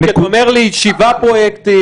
כי אתה אומר לי שבעה פרויקטים,